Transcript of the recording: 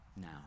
now